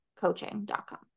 coaching.com